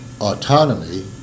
autonomy